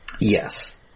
Yes